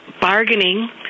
bargaining